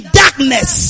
darkness